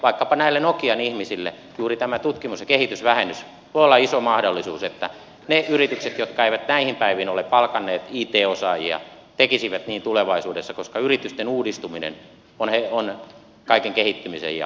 vaikkapa näille nokian ihmisille juuri tämä tutkimus ja kehitysvähennys voi olla iso mahdollisuus että ne yritykset jotka eivät näihin päiviin ole palkanneet it osaajia tekisivät niin tulevaisuudessa koska yritysten uudistuminen on kaiken kehittymisen ja työllistymisen ehto